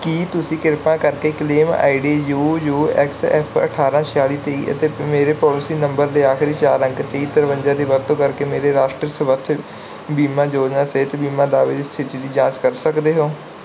ਕੀ ਤੁਸੀਂ ਕਿਰਪਾ ਕਰਕੇ claim I D U U X F ਅਠਾਰ੍ਹਾਂ ਛਿਆਲੀ ਤੇਈ ਅਤੇ ਮੇਰੇ ਪਾਲਿਸੀ ਨੰਬਰ ਦੇ ਆਖਰੀ ਚਾਰ ਅੰਕ ਤੀਹ ਤਰਵੰਜਾ ਦੀ ਵਰਤੋਂ ਕਰਕੇ ਮੇਰੇ ਰਾਸ਼ਟਰੀ ਸਵਾਸਥਯ ਬੀਮਾ ਯੋਜਨਾ ਸਿਹਤ ਬੀਮਾ ਦਾਅਵੇ ਦੀ ਸਥਿਤੀ ਦੀ ਜਾਂਚ ਕਰ ਸਕਦੇ ਹੋ